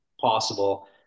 possible